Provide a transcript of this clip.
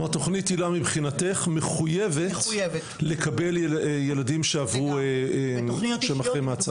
כלומר תכנית הילה מחוייבת לקבל ילדים שהם אחרי מעצר?